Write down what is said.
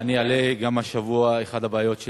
אני אעלה גם השבוע את אחת הבעיות של